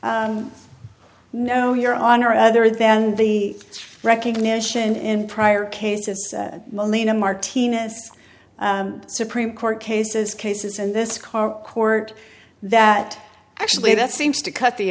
no your honor other than the recognition in prior cases molina martinez supreme court cases cases and this car court that actually that seems to cut the